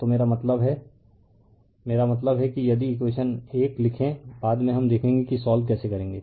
तो मेरा मतलब है मेरा मतलब है कि यदि इकवेशन 1 लिखें बाद में हम देखेगे कि सोल्व केसे करेंगे